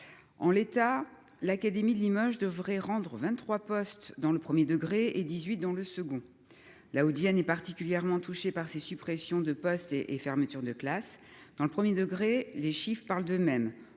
En l'état, l'académie de Limoges devrait rendre 23 postes dans le premier degré et 18 dans le second degré. La Haute-Vienne est particulièrement touchée par ces suppressions de postes et fermetures de classes. Dans le premier degré, les chiffres sont évocateurs